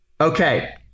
Okay